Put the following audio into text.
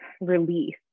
release